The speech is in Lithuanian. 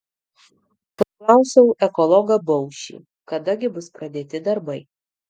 klausiau ekologą baušį kada gi bus pradėti darbai